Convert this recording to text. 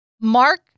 Mark